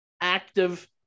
active